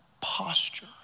posture